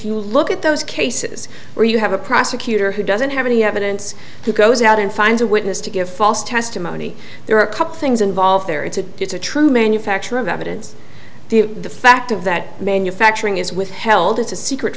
you look at those cases where you have a prosecutor who doesn't have any evidence who goes out and finds a witness to give false testimony there are a couple things involved there it's a does a true manufacture of evidence the fact of that manufacturing is withheld it's a secret